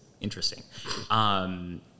interesting